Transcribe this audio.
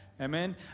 Amen